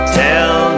tell